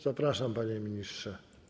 Zapraszam, panie ministrze.